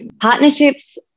partnerships